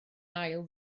ail